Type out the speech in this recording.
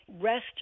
rest